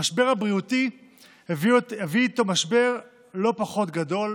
המשבר הבריאותי הביא איתו משבר לא פחות גדול,